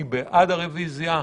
מי בעד הרביזיה?